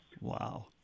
Wow